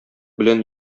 белән